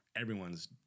everyone's